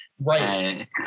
right